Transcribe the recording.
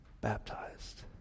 baptized